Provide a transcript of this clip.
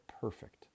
perfect